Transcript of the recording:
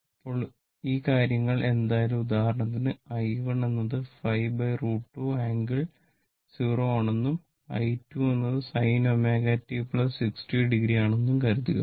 ഇപ്പോൾ ഈ കാര്യങ്ങൾ എന്തായാലും ഉദാഹരണത്തിന് i1 എന്നത് 5√ 2 ആംഗിൾ 0o ആണെന്നും i2 എന്നത് 10 sin ω t 60o ആണെന്നും കരുതുക